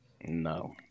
No